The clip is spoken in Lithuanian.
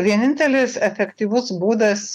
vienintelis efektyvus būdas